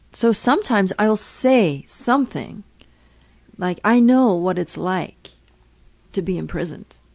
so sometimes i'll say something like i know what it's like to be imprisoned.